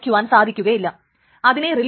അത് വളരെ ബുദ്ധിമുട്ട് ഉള്ള കാര്യമല്ല നമുക്ക്